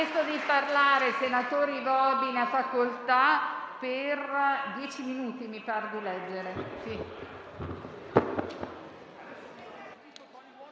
Grazie